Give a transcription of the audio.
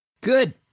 Good